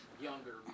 younger